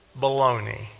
Baloney